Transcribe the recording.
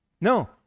no